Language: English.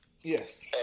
Yes